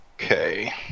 Okay